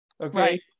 Okay